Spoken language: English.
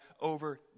over